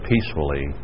peacefully